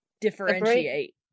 differentiate